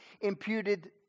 imputed